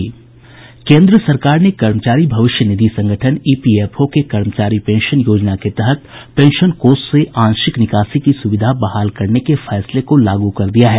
केंद्र सरकार ने कर्मचारी भविष्य निधि संगठन ईपीएफओ के कर्मचारी पेंशन योजना के तहत पेंशन कोष से आंशिक निकासी की सुविधा बहाल करने के फैसले को लागू कर दिया है